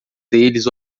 deles